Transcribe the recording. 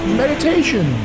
meditation